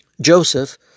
Joseph